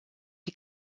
die